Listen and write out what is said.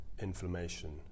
inflammation